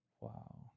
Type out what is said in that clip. Wow